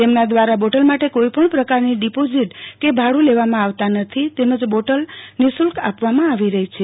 તેમના દ્વારા બોટલ માટે કોઈપણ પ્રકારની ડિપોઝીટ કે ભાડા લેવામાં આવતા નથી તેમજ બોટલ નિઃશુલ્ક આપવામાં આવી રહી છે